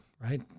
right